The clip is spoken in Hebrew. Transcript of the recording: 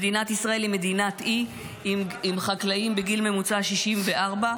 מדינת ישראל היא מדינת אי עם חקלאים בגיל ממוצע 64,